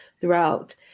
throughout